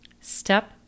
Step